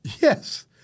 Yes